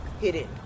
hidden